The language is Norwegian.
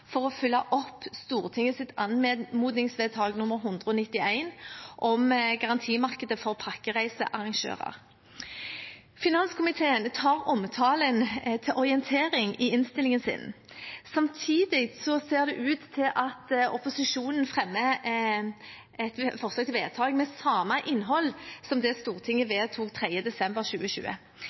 for å fylle opp Stortingets anmodningsvedtak nr. 191, om garantimarkedet for pakkereisearrangører. Finanskomiteen tar omtalen til orientering i innstillingen sin. Samtidig ser det ut til at opposisjonen fremmer et forslag til vedtak med samme innhold som det Stortinget vedtok 3. desember 2020.